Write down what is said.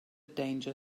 danger